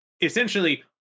essentially